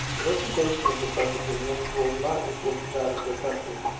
the reputation of the carthaginians was not equal to that of their country,